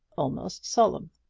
almost solemn.